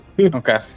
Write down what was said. Okay